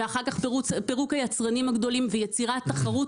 ואחר כך פירוק היצרנים הגדולים ויצירת תחרות